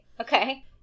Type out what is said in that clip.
Okay